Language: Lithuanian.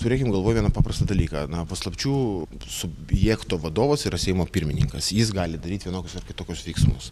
turėkim galvoj vieną paprastą dalyką na paslapčių subjekto vadovas yra seimo pirmininkas jis gali daryt vienokius ar kitokius veiksmus